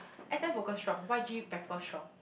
S_M vocal strong Y_G rapper strong